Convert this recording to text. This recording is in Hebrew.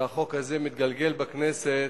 שהחוק הזה מתגלגל בכנסת,